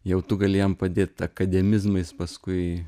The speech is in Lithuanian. jau tu gali jam padėt akademizmais paskui